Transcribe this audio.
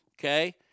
Okay